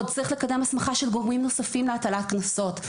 צריך לקדם הסמכה של גורמים נוספים להטלת קנסות.